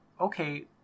okay